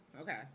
Okay